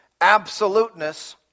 absoluteness